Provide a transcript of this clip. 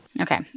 Okay